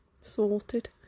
Sorted